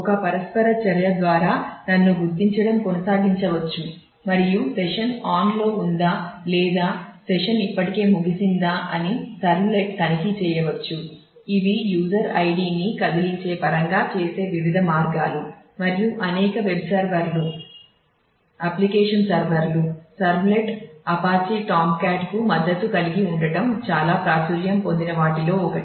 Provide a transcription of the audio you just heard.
ఒక పరస్పర చర్య ద్వారా నన్ను గుర్తించడం కొనసాగించవచ్చు మరియు సెషన్ ఆన్కు మద్దతు కలిగి ఉండటం చాలా ప్రాచుర్యం పొందిన వాటిలో ఒకటి